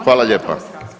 Hvala lijepa.